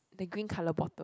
the green color bottle